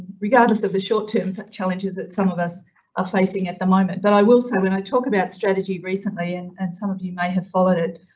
regardless of the short term challenges that some of us are facing at the moment. but i will say when i talk about strategy recently and some of you may have followed it,